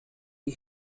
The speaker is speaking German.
die